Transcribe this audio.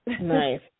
Nice